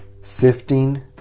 sifting